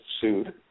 sued